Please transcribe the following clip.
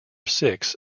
six